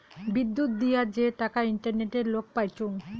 বিদ্যুত দিয়া যে টাকা ইন্টারনেটে লোক পাইচুঙ